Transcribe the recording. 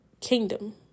kingdom